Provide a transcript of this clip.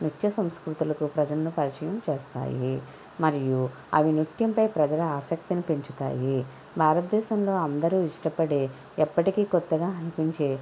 నృత్య సంస్కృతులకు ప్రజలను పరిచయం చేస్తాయి మరియు అవి నృత్యంపై ప్రజల ఆశక్తిని పెంచుతాయి భారతదేశంలో అందరూ ఇష్టపడే ఎప్పటికి కొత్తగా అనిపించే